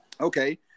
Okay